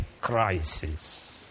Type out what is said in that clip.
crisis